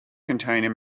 container